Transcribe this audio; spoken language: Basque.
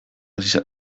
izan